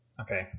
Okay